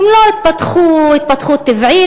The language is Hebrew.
הן לא התפתחו התפתחות טבעית,